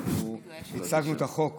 אנחנו הצגנו את החוק